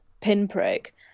pinprick